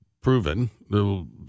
proven